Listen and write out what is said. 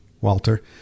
Walter